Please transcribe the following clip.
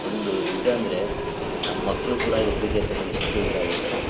ಒಂದು ಇದಂದರೆ ನಮ್ಮ ಮಕ್ಕಳು ಕೂಡ ಎಜುಕೇಷನ್ಗೆ ಎಷ್ಟು ಇದಾಗುತ್ತೆ